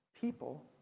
people